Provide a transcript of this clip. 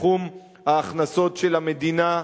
בתחום ההכנסות של המדינה,